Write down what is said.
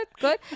good